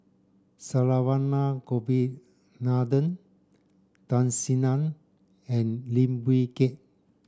Saravanan Gopinathan Tan Sin Aun and Lim Wee Kiak